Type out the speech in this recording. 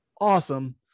awesome